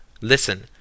listen